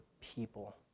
people